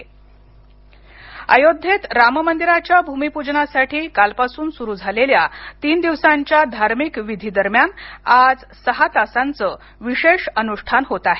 अयोध्या भूमिपूजन अयोध्येत राममंदिराच्या भूमिपूजनासाठी कालपासून सुरू झालेल्या तीन दिवसांच्या धार्मिकविधी दरम्यान आज सहा तासांचं विशेष अनुष्ठान होत आहे